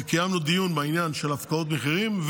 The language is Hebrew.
קיימנו דיון בעניין של הפקעות מחירים,